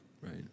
right